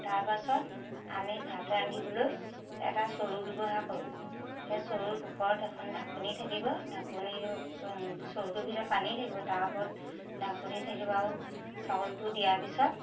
তাৰ পাছত আমি ভাত ৰান্ধিবলৈ এটা চৰু ব্যৱহাৰ কৰোঁ সেই চৰুত ওপৰত এখন ঢাকনি থাকিব ঢাকনি চৰুটোৰ ভিতৰত পানী থাকিব তাৰ ওপৰত ঢাকনি থাকিব আৰু চাউলটো দিয়াৰ পিছত